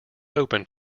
open